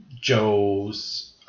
Joe's